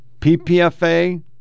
PPFA